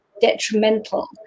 detrimental